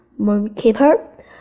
Moonkeeper